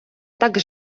так